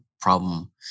problem